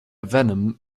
venom